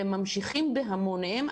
והם ממשיכים בהמוניהם.